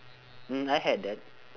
mm I had that